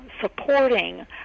supporting